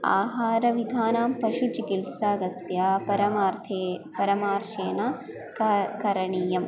आहारविधानां पशुचिकित्सा तस्य परमार्थे परमार्शेण का करणीयम्